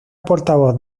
portavoz